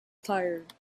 tired